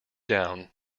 down